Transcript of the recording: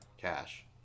cash